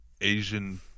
Asian